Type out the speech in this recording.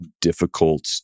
difficult